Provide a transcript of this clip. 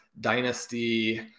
dynasty